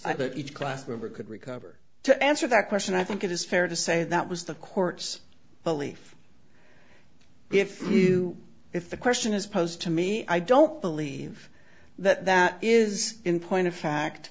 but each class member could recover to answer that question i think it is fair to say that was the court's belief if you if the question is posed to me i don't believe that that is in point of fact